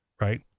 Right